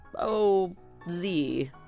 O-Z